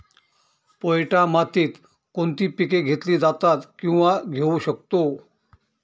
पोयटा मातीत कोणती पिके घेतली जातात, किंवा घेऊ शकतो?